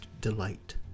delight